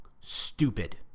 stupid